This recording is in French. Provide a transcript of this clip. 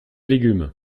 légumes